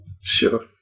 Sure